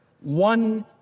one